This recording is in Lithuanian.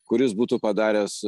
kuris būtų padaręs